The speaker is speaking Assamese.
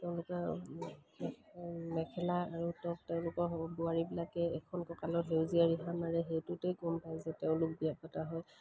তেওঁলোকে মেখেলা আৰু টপ তেওঁলোকৰ বোৱাৰীবিলাকে এখন কঁকালত সেউজীয়া ৰিহা মাৰে সেইটোতেই কম পায় যে তেওঁলোক বিয়া পতা হয়